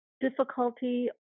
difficulty